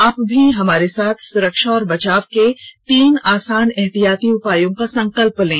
आप भी हमारे साथ सुरक्षा और बचाव के तीन आसान एहतियाती उपायों का संकल्प लें